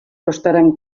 costaran